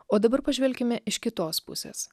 o dabar pažvelkime iš kitos pusės